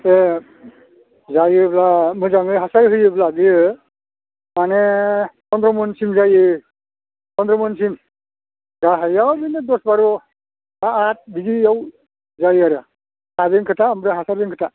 बे जायोब्ला मोजाङै हासार होयोब्ला बियो माने पनद्र मनसिम जायो पनद्र मनसिम गाहायाव बिदिनो दस बार बा आथ बिदियाव जायो आरो हाजों खोथा ओमफ्राय हासारजों खोथा